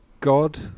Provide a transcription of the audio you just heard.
God